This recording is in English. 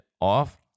off